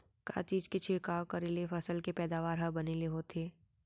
का चीज के छिड़काव करें ले फसल के पैदावार ह बने ले होथे?